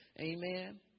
amen